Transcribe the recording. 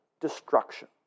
destruction